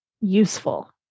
useful